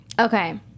Okay